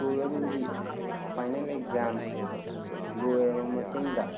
school ꯑꯗꯨꯗꯒꯤ final exam ꯂꯣꯏꯔꯕ ꯃꯇꯨꯡꯗ